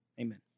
Amen